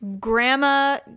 grandma